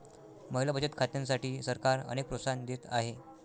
महिला बचत खात्यांसाठी सरकार अनेक प्रोत्साहन देत आहे